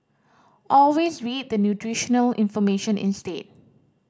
always read the nutritional information instead